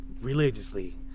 religiously